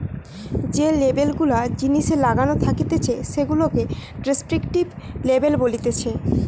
যে লেবেল গুলা জিনিসে লাগানো থাকতিছে সেগুলাকে ডেস্ক্রিপটিভ লেবেল বলতিছে